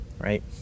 Right